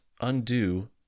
undo